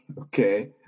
okay